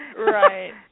Right